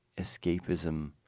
escapism